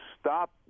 stop